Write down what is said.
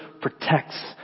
protects